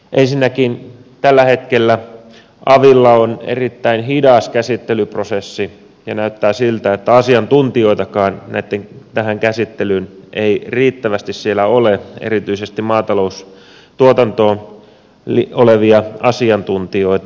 ensinnäkin tällä hetkellä avilla on erittäin hidas käsittelyprosessi ja näyttää siltä että asiantuntijoitakaan tähän käsittelyyn ei riittävästi siellä ole erityisesti maataloustuotantoon liittyviä asiantuntijoita